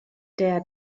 der